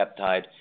peptide